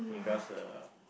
because uh